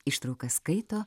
ištraukas skaito